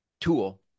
tool